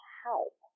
help